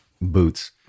boots